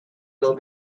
will